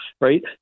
right